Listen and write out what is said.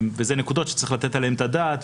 אלה נקודות שצריך לתת עליהן את הדעת,